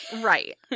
Right